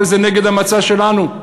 הרי זה נגד המצע שלנו.